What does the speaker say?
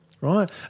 right